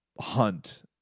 hunt